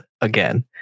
again